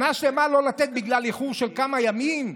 שנה שלמה לא לתת בגלל איחור של כמה ימים?